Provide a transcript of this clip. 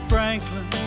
Franklin